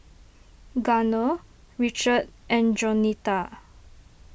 Garner Richard and Jaunita